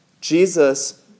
Jesus